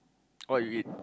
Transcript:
what you eat